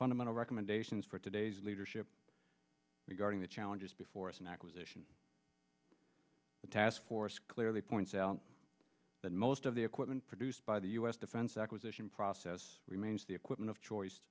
fundamental recommendations for today's leadership regarding the challenges before us an acquisition taskforce clearly points out that most of the equipment produced by the us defense acquisition process remains the equipment of choice